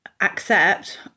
accept